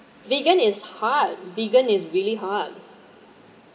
vegan is hard vegan is really hard